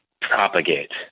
propagate